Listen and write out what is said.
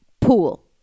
pool